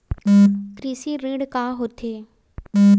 कृषि ऋण का होथे?